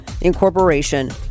incorporation